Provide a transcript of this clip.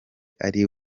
ari